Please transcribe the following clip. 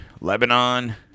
Lebanon